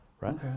right